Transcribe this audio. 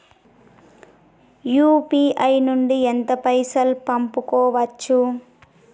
UPI నుండి ఎంత పైసల్ పంపుకోవచ్చు?